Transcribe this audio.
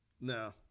No